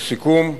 לסיכום,